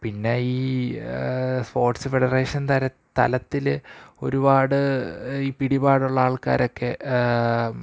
പിന്നെ ഈ sports federation തര തലത്തില് ഒരുപാട് ഈ പിടിപാടുള്ള ആള്ക്കാരൊക്കെ